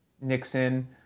Nixon